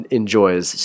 enjoys